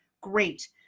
Great